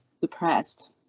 depressed